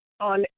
on